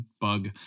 bug